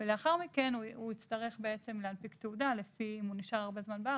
ולאחר מכן הוא יצטרך להנפיק תעודה אם הוא נשאר הרבה זמן בארץ,